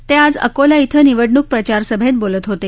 ते आज अकोला इथं निवडणूक प्रचारसभेत बोलत होते